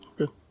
Okay